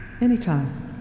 Anytime